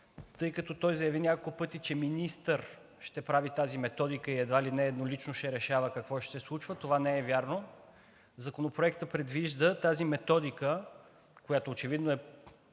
тъй като той заяви няколко пъти, че министър ще прави тази методика и едва ли не еднолично ще решава какво ще се случва. Това не е вярно. Законопроектът предвижда тази методика, която очевидно е